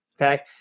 Okay